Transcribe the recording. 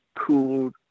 cool